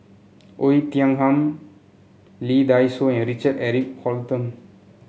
Oei Tiong Ham Lee Dai Soh and Richard Eric Holttum